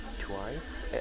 twice